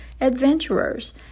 adventurers